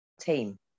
team